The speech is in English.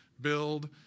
build